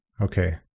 Okay